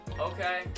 Okay